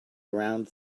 around